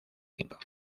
cinco